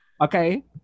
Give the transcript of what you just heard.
Okay